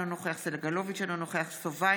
אינו נוכח יואב סגלוביץ' אינו נוכח יבגני סובה,